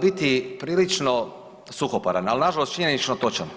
biti prilično suhoparan, al nažalost činjenično točan.